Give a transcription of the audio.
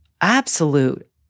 absolute